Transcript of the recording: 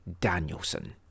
Danielson